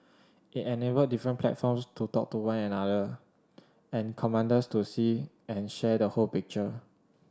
it enabled different platforms to talk to one another and commanders to see and share the whole picture